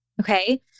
Okay